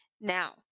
Now